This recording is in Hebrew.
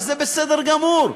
וזה בסדר גמור.